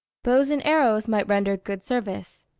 bows and arrows might render good service.